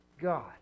God